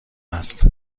است